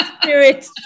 spirit